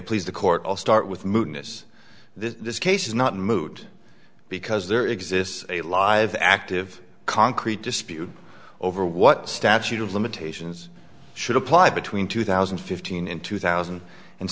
please the court all start with moodiness this case is not moot because there exists a live active concrete dispute over what statute of limitations should apply between two thousand and fifteen in two thousand and